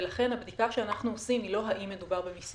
לכן הבדיקה שאנחנו עושים היא לא אם מדובר במיסיון.